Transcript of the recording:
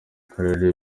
karere